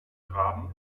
graben